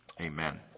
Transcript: Amen